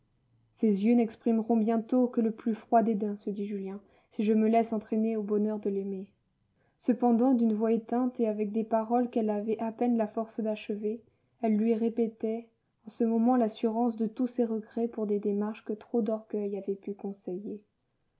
ces yeux n'exprimeront bientôt que le plus froid dédain se dit julien si je me laisse entraîner au bonheur de l'aimer cependant d'une voix éteinte et avec des paroles qu'elle avait à peine la force d'achever elle lui répétait en ce moment l'assurance de tous ses regrets pour des démarches que trop d'orgueil avait pu conseil